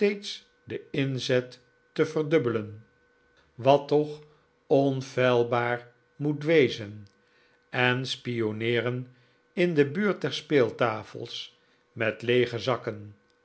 den inzet te verdubbelen wat toch onfeilbaar moet wezen en spionneeren in de buurt der speeltafels met leege zakken